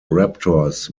raptors